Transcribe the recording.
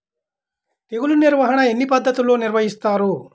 తెగులు నిర్వాహణ ఎన్ని పద్ధతుల్లో నిర్వహిస్తారు?